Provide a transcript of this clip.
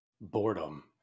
boredom